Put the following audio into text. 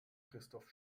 christoph